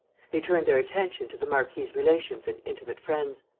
they turned their attention to the marquis' relations and intimate friends.